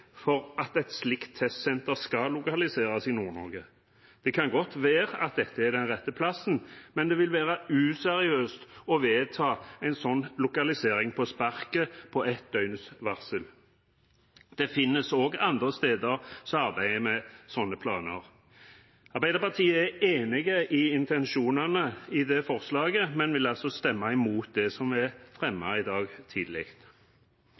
for at et slikt testsenter skal lokaliseres i Nord-Norge. Det kan godt være at dette er den rette plassen, men det vil være useriøst å vedta en sånn lokalisering på sparket, på ett døgns varsel. Det finnes også andre steder som arbeider med slike planer. Arbeiderpartiet er enig i intensjonene, men vil altså stemme imot forslaget, som ble fremmet i dag tidlig.